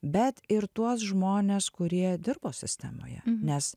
bet ir tuos žmones kurie dirbo sistemoje nes